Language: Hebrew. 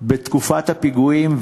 בתקופת הפיגועים,